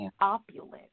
opulent